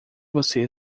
você